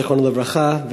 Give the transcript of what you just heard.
זיכרונו לברכה,